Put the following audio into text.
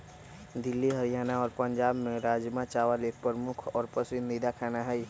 दिल्ली हरियाणा और पंजाब में राजमा चावल एक प्रमुख और पसंदीदा खाना हई